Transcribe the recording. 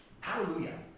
hallelujah